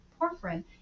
porphyrin